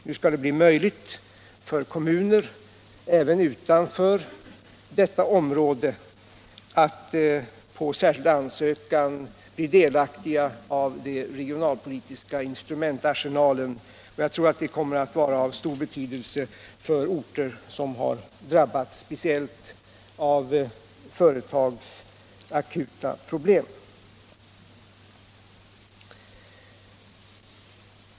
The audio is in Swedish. Nu skall det bli möjligt för kommuner även utanför detta område att på särskild ansökan bli delaktiga av den regionalpolitiska instrumentarsenalen. Jag tror att det kommer att vara av stor betydelse för orter som har drabbats speciellt av företags akuta problem.